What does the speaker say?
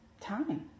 Time